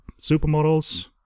Supermodels